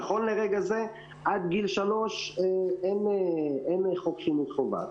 נכון לרגע זה עד גיל שלוש אין חוק לימוד חובה,